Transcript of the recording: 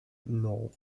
non